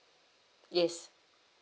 yes